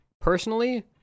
personally